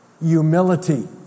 Humility